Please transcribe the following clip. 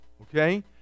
Okay